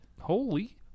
Holy